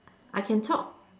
I can talk